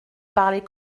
parlez